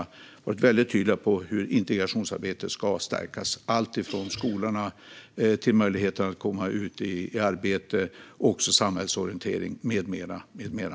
Vi har varit väldigt tydliga med hur integrationsarbetet ska stärkas, alltifrån skolorna till möjligheterna att komma ut i arbete liksom samhällsorientering med mera.